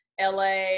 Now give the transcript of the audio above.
LA